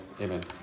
Amen